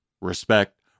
Respect